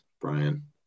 Brian